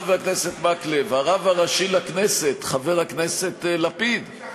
חבר הכנסת מקלב, הרב הראשי לכנסת, חבר הכנסת לפיד.